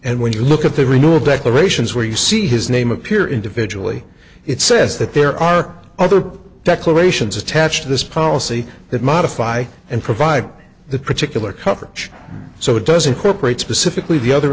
and when you look at the renewal declarations where you see his name appear individually it says that there are other declarations attached to this policy that modify and provide the particular coverage so it does incorporate specifically the other